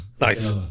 Nice